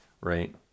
right